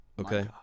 Okay